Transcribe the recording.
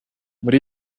muri